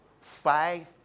five